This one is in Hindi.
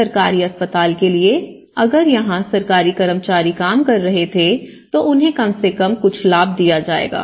सरकारी अस्पताल के लिए अगर यहां सरकारी कर्मचारी काम कर रहे थेतो उन्हें कम से कम कुछ लाभ दिया जाएगा